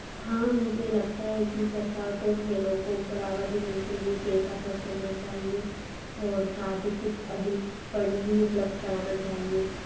हाँ मुझे लगता है कि सरकार को खेलों को बढ़ावा देने के लिए पैसा ख़र्च करना चाहिए और साथ ही कुछ अधिक फंड भी उपलब्ध कराना चाहिए